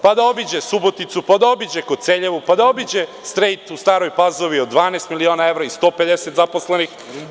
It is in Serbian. Pa, da obiđe Suboticu, da obiđe Koceljevu, da obiđe „Strejt“ u Staroj Pazovi od 12 miliona evra i 150 zaposlenih.